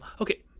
Okay